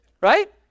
Right